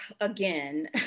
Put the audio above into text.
again